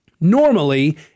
Normally